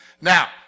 Now